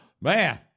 Man